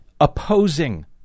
opposing